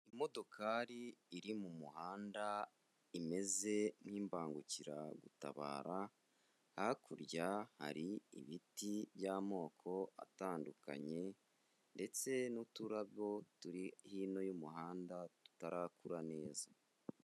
Imodokari iri mu muhanda imeze nk'imbangukiragutabara, hakurya hari ibiti by'amoko atandukanye ndetse n'uturabo turi hino y'umuhanda tutarakura neza.